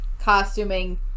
costuming